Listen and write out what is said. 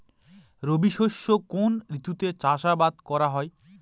রবি শস্য কোন ঋতুতে চাষাবাদ করা হয়?